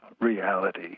reality